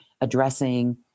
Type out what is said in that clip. addressing